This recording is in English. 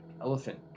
elephant